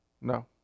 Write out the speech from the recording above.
No